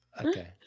Okay